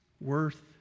worth